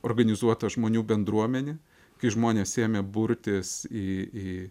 organizuota žmonių bendruomenė kai žmonės ėmė burtis į